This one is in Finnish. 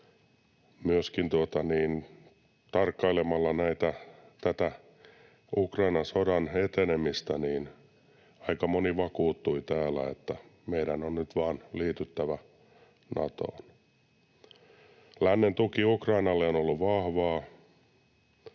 myöskin tarkkailemalla tätä Ukrainan sodan etenemistä aika moni vakuuttui täällä siitä, että meidän on nyt vain liityttävä Natoon. Lännen tuki Ukrainalle on ollut vahvaa,